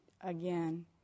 again